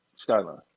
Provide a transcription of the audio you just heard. Skyline